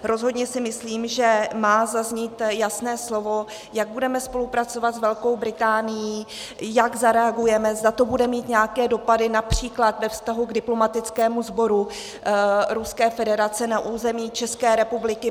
Rozhodně si myslím, že má zaznít jasné slovo, jak budeme spolupracovat s Velkou Británií, jak zareagujeme, zda to bude mít nějaké dopady například ve vztahu k diplomatickému sboru Ruské federace na území České republiky.